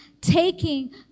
taking